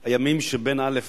באב, הימים שבין א'